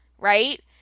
right